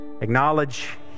acknowledge